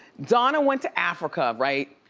donna went to africa, right?